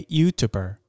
YouTuber